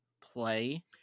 play